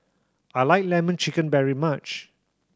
I like Lemon Chicken very much